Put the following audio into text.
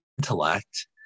intellect